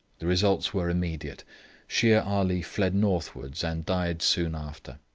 the results were immediate shere ali fled northwards, and died soon after.